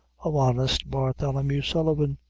of honest bartholomew sullivan,